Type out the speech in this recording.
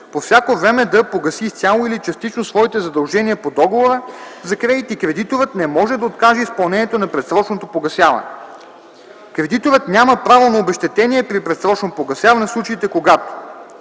по всяко време да погаси изцяло или частично своите задължения по договора за кредит и кредиторът не може да откаже изпълнението на предсрочното погасяване. Кредиторът няма право на обезщетение при предсрочно погасяване в случаите, когато: